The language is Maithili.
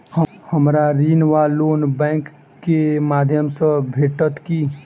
हमरा ऋण वा लोन बैंक केँ माध्यम सँ भेटत की?